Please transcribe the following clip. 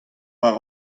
war